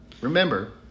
Remember